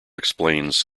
explains